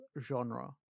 genre